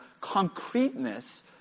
concreteness